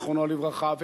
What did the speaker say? זיכרונו לברכה,